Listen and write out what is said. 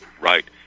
right